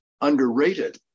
Underrated